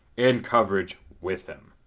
and coverage with him.